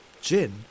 Gin